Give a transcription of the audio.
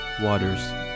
Waters